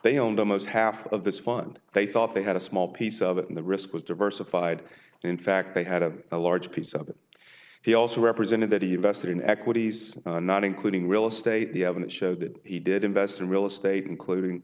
they owned almost half of this fund they thought they had a small piece of it and the risk was diversified and in fact they had a large piece of that he also represented that he invested in equities not including real estate the evidence showed that he did invest in real estate including